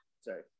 Sorry